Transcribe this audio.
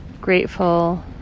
grateful